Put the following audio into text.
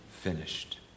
finished